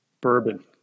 Bourbon